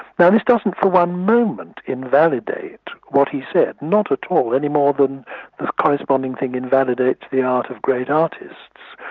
now, this doesn't for one moment invalidate what he said. not at all, any more than the corresponding thing invalidates the art of great artists.